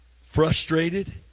frustrated